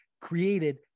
created